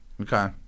Okay